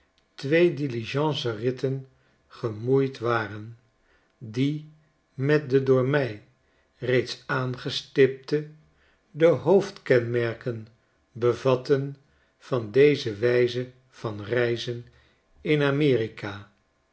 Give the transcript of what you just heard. uitstapje twee diligence rittengemoeid waren die met de door my reeds aangestipte de hoofdkenmerken bevatten van deze wijze van reizen in a